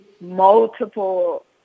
multiple